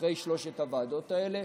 אחרי שלוש הוועדות האלה,